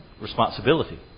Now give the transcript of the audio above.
responsibility